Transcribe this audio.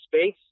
space